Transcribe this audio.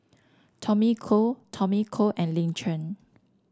Tommy Koh Tommy Koh and Lin Chen